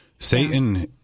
Satan